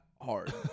hard